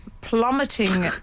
plummeting